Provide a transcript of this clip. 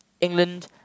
England